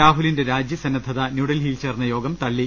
രാഹുലിന്റെ രാജി സന്നദ്ധത ന്യൂഡൽഹിയിൽ ചേർന്ന യോഗം തള്ളി